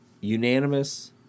unanimous